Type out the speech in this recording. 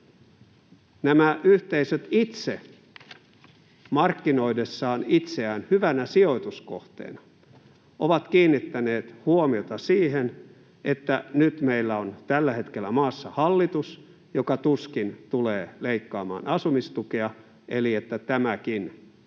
Nämä yhteisöt itse, markkinoidessaan itseään hyvänä sijoituskohteena, ovat kiinnittäneet huomiota siihen, että nyt meillä on tällä hetkellä maassa hallitus, joka tuskin tulee leikkaamaan asumistukea, eli tämäkin tieto